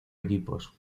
equipos